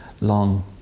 long